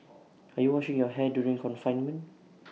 are you washing your hair during confinement